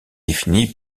défini